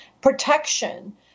protection